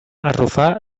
arrufar